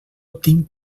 tinc